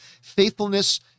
faithfulness